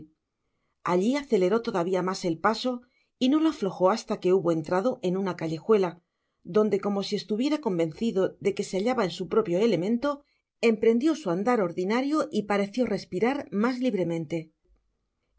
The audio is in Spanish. alli aceleró todavia mas el paso y no lo aflojo hasta que hubo entrado en una callejuela donde como si estuviera convencido de que se hallaba en su propio elemento emprendió su andar ordinario y pareció respirar mas libremente